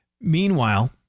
Meanwhile